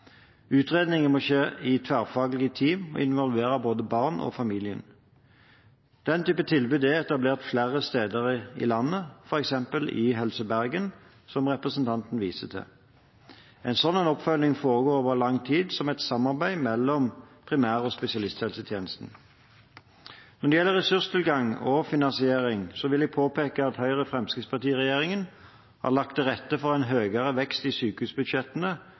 må skje i tverrfaglige team og involvere både barn og familien. Den type tilbud er etablert flere steder i landet, f.eks. i Helse Bergen, som representanten viser til. En sånn oppfølging foregår over lang tid som et samarbeid mellom primær- og spesialisthelsetjenesten. Når det gjelder ressurstilgang og finansiering, vil jeg påpeke at Høyre–Fremskrittsparti-regjeringen har lagt til rette for en høyere vekst i sykehusbudsjettene